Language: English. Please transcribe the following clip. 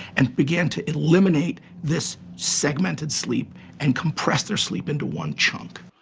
and began to eliminate this segmented sleep and compress their sleep into one chunk.